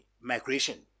migration